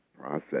process